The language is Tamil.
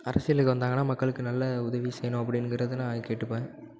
அரசியலுக்கு வந்தாங்கனால் மக்களுக்கு நல்ல உதவி செய்யணும் அப்படிங்கிறத நான் கேட்டுப்பேன்